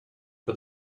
for